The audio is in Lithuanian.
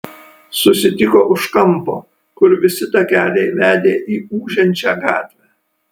susitiko už kampo kur visi takeliai vedė į ūžiančią gatvę